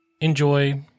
enjoy